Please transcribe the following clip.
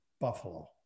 Buffalo